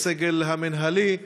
לסגל המינהלי,